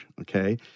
okay